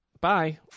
bye